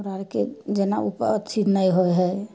हमरा आरके जेना उप अथी नहि होइ हइ